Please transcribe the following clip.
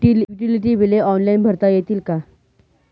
Utility बिले online भरता येतील का?